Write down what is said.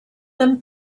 them